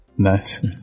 nice